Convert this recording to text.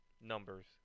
numbers